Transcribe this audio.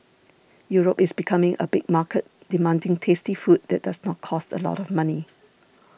Europe is becoming a big market demanding tasty food that does not cost a lot of money